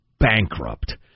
Bankrupt